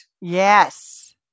Yes